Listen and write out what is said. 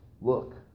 look